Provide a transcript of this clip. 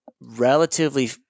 relatively